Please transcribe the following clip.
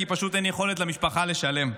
כי פשוט אין יכולת למשפחה לשלם.